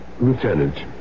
Lieutenant